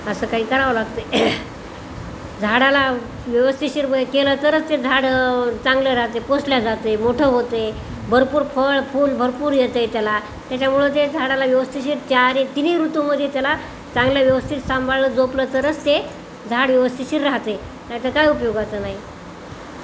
असं काही करावं लागते झाडाला व्यवस्थितशीर केलं तरच ते झाड चांगलं राहते पोसल्या जाते मोठं होते भरपूर फळ फूल भरपूर येत आहे त्याला त्याच्यामुळं ते झाडाला व्यवस्थिशीर चार तिन्ही ऋतूमध्ये त्याला चांगल्या व्यवस्थित सांभाळलं जपलं तरच ते झाड व्यवस्थितशीर राहते नाहीत काय उपयोगाचं नाही